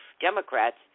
Democrats